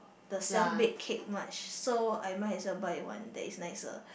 the self bake cake much so I might as well buy one that is nicer